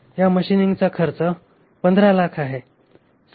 तर मशीनिंगचा खर्च 1500000 आहे